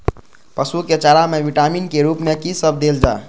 पशु के चारा में विटामिन के रूप में कि सब देल जा?